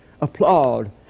applaud